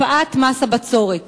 הקפאת מס הבצורת.